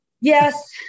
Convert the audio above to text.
Yes